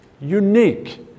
unique